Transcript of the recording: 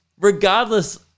regardless